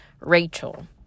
Rachel